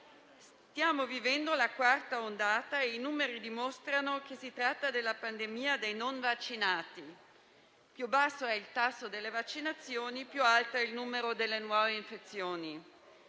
Stiamo vivendo la quarta ondata e i numeri dimostrano che si tratta della pandemia dei non vaccinati: più basso è il tasso delle vaccinazioni, più alto il numero delle nuove infezioni.